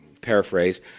paraphrase